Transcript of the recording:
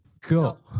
go